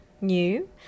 new